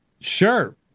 sure